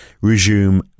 resume